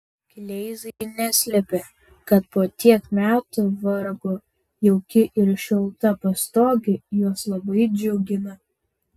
kleizai neslepia kad po tiek metų vargo jauki ir šilta pastogė juos labai džiugina